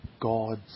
God's